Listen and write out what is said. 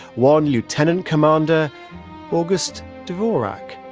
one lieutenant commander august dvorak